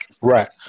Right